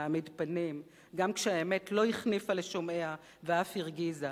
להעמיד פנים גם כשהאמת לא החניפה לשומעה ואף הרגיזה.